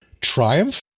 triumph